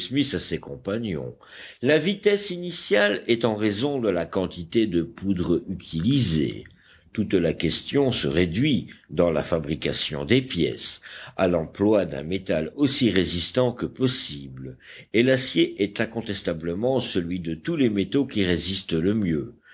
à ses compagnons la vitesse initiale est en raison de la quantité de poudre utilisée toute la question se réduit dans la fabrication des pièces à l'emploi d'un métal aussi résistant que possible et l'acier est incontestablement celui de tous les métaux qui résiste le mieux